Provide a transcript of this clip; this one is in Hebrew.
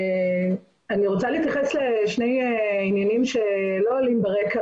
אני רוצה להתייחס לשני עניינים שלא היו ברקע